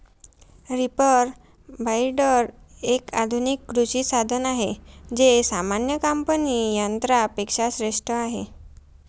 reaper binder, एक आधुनिक कृषी साधन आहे जे सामान्य कापणी यंत्रा पेक्षा श्रेष्ठ आहे